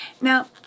Now